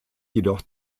jedoch